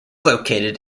located